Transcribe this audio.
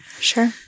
Sure